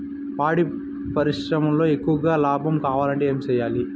పాడి పరిశ్రమలో ఎక్కువగా లాభం కావాలంటే ఏం చేయాలి?